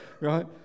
right